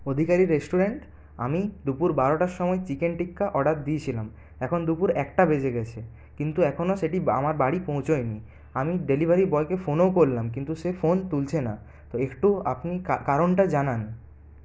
অধিকারী restaurant আমি দুপুর বারোটার সময় চিকেন টিক্কা অর্ডার দিয়েছিলাম এখন দুপুর একটা বেজে গেছে কিন্তু এখনও সেটি আমার বাড়ি পৌঁছয়নি আমি ডেলিভারি বয়কে ফোনও করলাম কিন্তু সে ফোন তুলছে না একটু আপনি কারণটা জানান